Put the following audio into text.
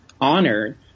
honored